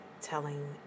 telling